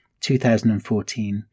2014